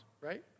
right